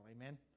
Amen